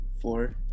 four